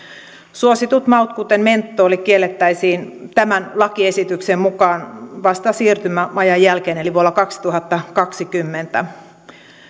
suositut maut kuten mentoli kiellettäisiin tämän lakiesityksen mukaan vasta siirtymäajan jälkeen eli vuonna kaksituhattakaksikymmentä